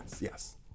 yes